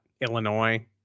Illinois